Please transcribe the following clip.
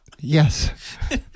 Yes